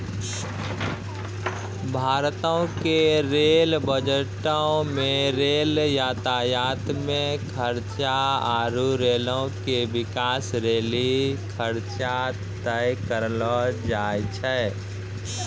भारतो के रेल बजटो मे रेल यातायात मे खर्चा आरु रेलो के बिकास लेली खर्चा तय करलो जाय छै